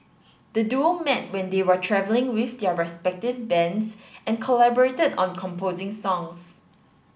the duo met when they were travelling with their respective bands and collaborated on composing songs